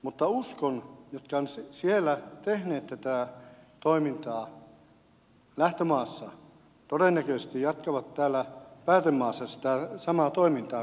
mutta uskon että ne jotka ovat siellä lähtömaassa tehneet tätä toimintaa todennäköisesti jatkavat täällä päätemaassa sitä samaa toimintaa johonka ovat oppineet